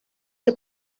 que